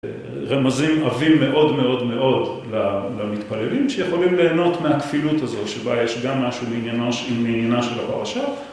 רמזים עבים מאוד מאוד מאוד למתפללים, שיכולים ליהנות מהכפילות הזו, שבה יש גם משהו מעניינה של הפרשה